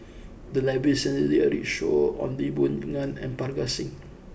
the library recently did a roadshow on Lee Boon Ngan and Parga Singh